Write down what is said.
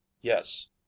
yes